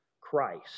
Christ